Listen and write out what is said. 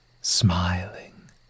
smiling